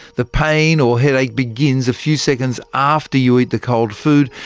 the pain or headache begins a few seconds after you eat the cold food,